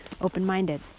open-minded